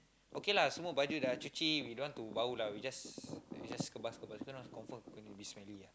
okay lah semua baju dah cuci we don't want to bau lah we just we just kebas kebas cause confirm gonna be smelly ah